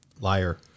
Liar